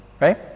right